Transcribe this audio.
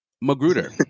Magruder